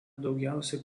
daugiausia